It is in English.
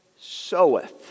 soweth